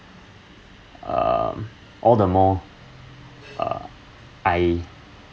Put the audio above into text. um all the more uh I